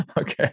Okay